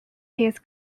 his